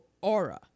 aura